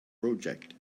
project